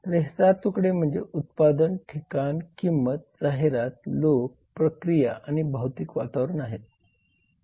तर हे 7 तुकडे म्हणजे उत्पादन ठिकाण किंमत जाहिरात लोक प्रक्रिया आणि भौतिक वातावरण आहे